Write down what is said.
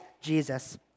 Jesus